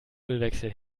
ölwechsel